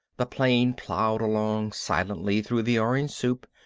the plane ploughed along silently through the orange soup,